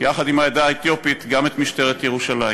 יחד עם העדה האתיופית, גם את משטרת ירושלים.